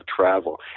travel